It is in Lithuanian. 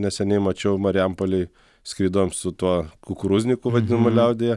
neseniai mačiau marijampolėj skridom su tuo kukuruzniku vadinamu liaudyje